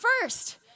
first